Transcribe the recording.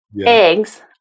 eggs